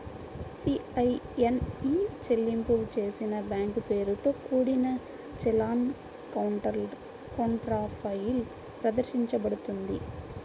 CIN e చెల్లింపు చేసిన bank పేరుతో కూడిన చలాన్ కౌంటర్ఫాయిల్ ప్రదర్శించబడుతుంది